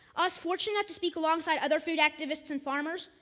i was fortunate enough to speak alongside other food activists and farmers,